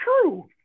true